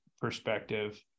perspective